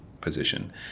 position